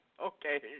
Okay